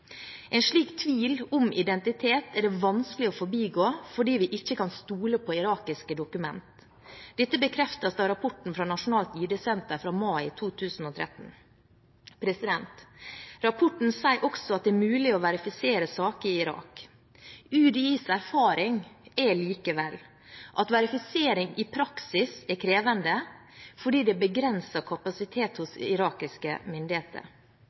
En slik tvil om identitet er det vanskelig å forbigå, fordi vi ikke kan stole på irakiske dokumenter. Dette bekreftes av rapporten fra Nasjonalt ID-senter fra mai 2013. Rapporten sier også at det er mulig å verifisere saker i Irak. UDIs erfaring er likevel at verifisering i praksis er krevende, fordi det er begrenset kapasitet hos irakiske myndigheter.